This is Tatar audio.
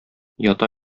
ята